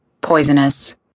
Poisonous